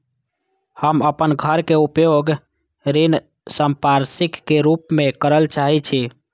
हम अपन घर के उपयोग ऋण संपार्श्विक के रूप में करल चाहि छी